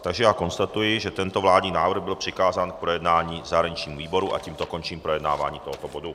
Takže já konstatuji, že tento vládní návrh byl přikázán k projednání zahraničnímu výboru, a tímto končím projednávání tohoto bodu.